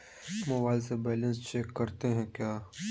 Mobile से balance check करते हैं क्या?